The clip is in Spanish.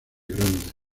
grandes